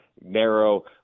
narrow